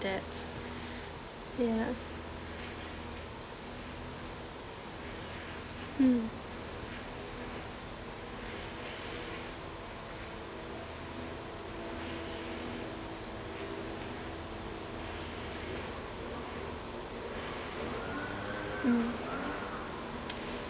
debts yeah mm mm